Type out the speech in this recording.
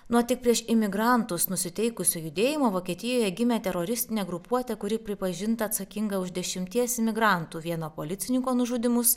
nuo tik prieš imigrantus nusiteikusio judėjimo vokietijoje gimė teroristinė grupuotė kuri pripažinta atsakinga už dešimties imigrantų vieno policininko nužudymus